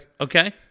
Okay